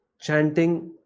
chanting